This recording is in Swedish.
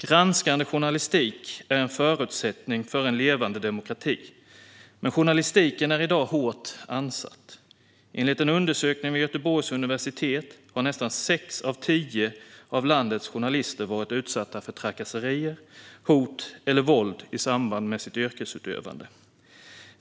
Granskande journalistik är en förutsättning för en levande demokrati, men journalistiken är i dag hårt ansatt. Enligt en undersökning vid Göteborgs universitet har nästan sex av tio av landets journalister varit utsatta för trakasserier, hot eller våld i samband med sitt yrkesutövande.